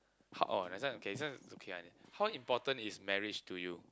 hard oh that's one K this one is okay ah then how important is marriage to you